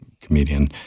comedian